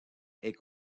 est